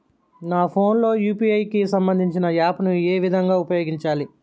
నా ఫోన్ లో యూ.పీ.ఐ కి సంబందించిన యాప్ ను ఏ విధంగా ఉపయోగించాలి?